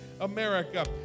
America